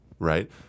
Right